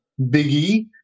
biggie